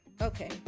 okay